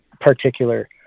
particular